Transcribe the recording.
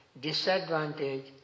disadvantage